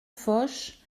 foch